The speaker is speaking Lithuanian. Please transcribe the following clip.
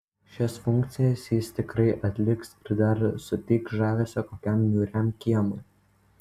šias funkcijas jis tikrai atliks ir dar suteiks žavesio kokiam niūriam kiemui